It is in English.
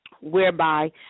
whereby